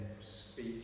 speak